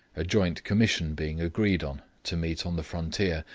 a joint commission being agreed on, to meet on the frontier,